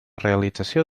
realització